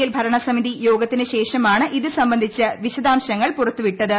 L ഭരണസമിതി യോഗത്തിനു ശേഷമാണ് ഇതു സംബന്ധിച്ച വിശദാംശങ്ങൾ പുറത്തുവിട്ടത്